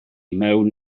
mewn